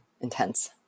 intense